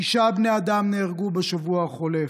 תשעה בני אדם נהרגו בשבוע החולף.